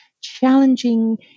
challenging